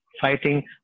Fighting